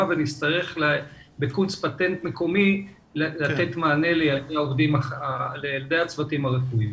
ונצטרך בקונץ פטנט מקומי לתת מענה לילדי הצוותים הרפואיים.